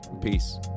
Peace